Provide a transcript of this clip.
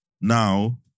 Now